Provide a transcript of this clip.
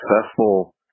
successful